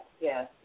yes